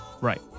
Right